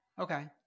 okay